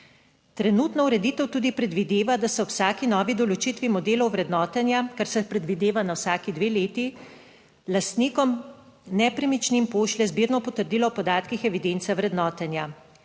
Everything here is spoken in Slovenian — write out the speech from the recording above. Trenutna ureditev tudi predvideva, da se ob vsaki novi določitvi modelov vrednotenja, kar se predvideva na vsaki dve leti lastnikom nepremičnin pošlje zbirno potrdilo o podatkih evidence vrednotenja.